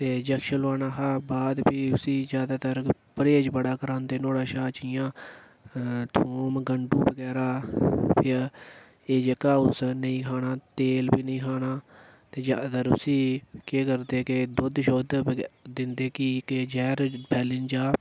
ते इंजेक्शन लोआना हा बाद फ्ही उसी जादातर परहेज़ बड़ा करांदे नुहाड़े शा जि'यां थूम गंडू बगैरा एह् जेह्का उस्सै नेईं खाना तेल बी नेईं खाना ते जादातर उसी केह् करदे कि दुद्ध शुद्ध दिंदे की जैह्र फैली निं जा